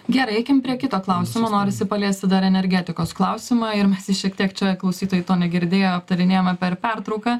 gerai eikim prie kito klausimo norisi paliesti dar energetikos klausimą ir mes jį šiek tiek čia klausytojai to negirdėjo aptarinėjome per pertrauką